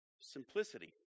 simplicity